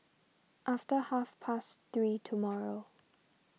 after half past three tomorrow